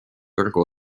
võrgu